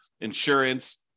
insurance